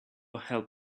help